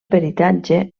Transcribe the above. peritatge